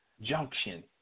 junction